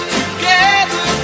together